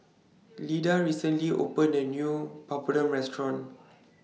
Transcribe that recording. Lidia recently opened A New Papadum Restaurant